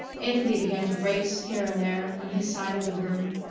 anthony began to race here and there on his side of the room,